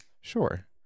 Sure